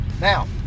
Now